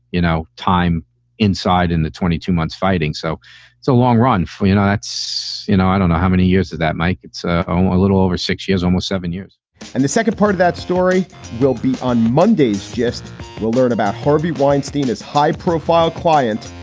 you know, time inside in the twenty two months fighting. so it's a long run for, you know, that's you know, i don't know. how many years does that make? it's a little over six years, almost seven years and the second part of that story will be on monday. just will learn about harvey weinstein, his high profile client,